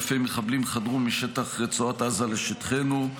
אלפי מחבלים חדרו משטח רצועת עזה לשטחנו,